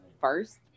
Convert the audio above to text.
first